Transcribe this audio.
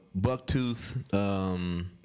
Bucktooth